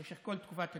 במשך כל תקופת הלימודים.